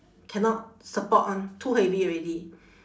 cannot support [one] too heavy already